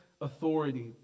authority